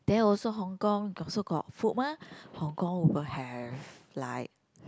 there also Hong-Kong also got food mah Hong Kong over have like